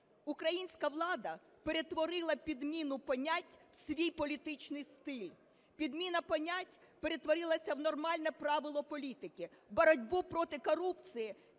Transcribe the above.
"Українська влада перетворила підміну понять у свій політичний стиль. Підміна понять перетворилася в нормальне правило політики. Боротьбу проти корупції